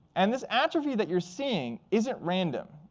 and this atrophy that you're seeing isn't random.